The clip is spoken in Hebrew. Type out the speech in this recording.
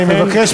אני מבקש,